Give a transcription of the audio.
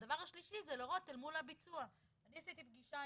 והדבר השלישי זה לראות אל מול הביצוע אני עשיתי פגישה